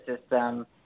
system